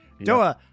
doa